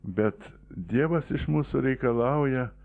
bet dievas iš mūsų reikalauja